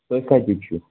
تُہۍ کَتہِ چھُو